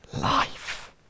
life